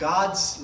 God's